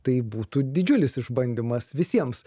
tai būtų didžiulis išbandymas visiems